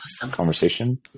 conversation